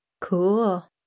cool